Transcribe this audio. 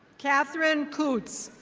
katherine kootz.